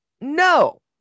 No